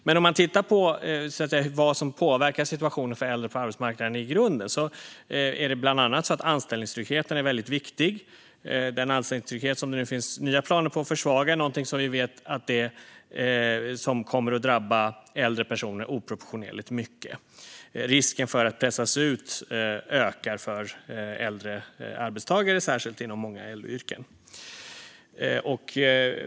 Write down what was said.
Men om man tittar på vad som påverkar situationen för äldre på arbetsmarknaden i grunden ser man bland annat att anställningstryggheten är viktig. Den finns det nu nya planer på att försvaga, vilket vi vet kommer att drabba äldre personer oproportionerligt mycket. Risken för att pressas ut ökar för äldre arbetstagare, särskilt inom många äldre yrken.